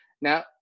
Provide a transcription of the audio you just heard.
Now